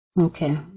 okay